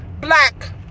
black